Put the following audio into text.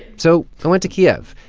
so i went to kyiv,